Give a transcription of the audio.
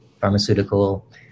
pharmaceutical